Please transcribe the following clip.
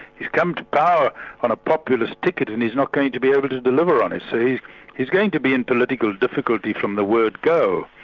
he's come to power on a populist ticket and he's not going to be able to deliver on it, so he's going to be in political difficulty from the word go.